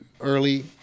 early